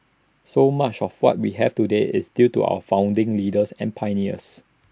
so much of what we have today is due to our founding leaders and pioneers